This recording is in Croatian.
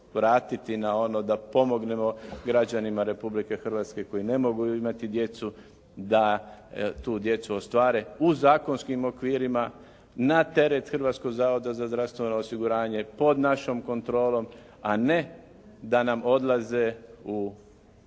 na ono da pomognemo građanima Republike Hrvatske koji ne mogu imati djecu, da tu djecu ostvare u zakonskim okvirima na teret Hrvatskog zavoda za zdravstveno osiguranje pod našom kontrolom, a ne da nam odlaze u